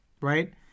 right